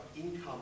income